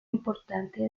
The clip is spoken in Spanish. importante